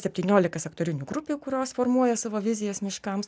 septyniolika sektorinių grupių kurios formuoja savo vizijas miškams